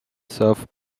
soft